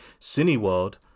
Cineworld